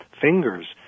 fingers